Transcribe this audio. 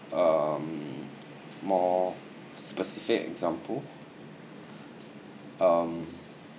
um more specific example um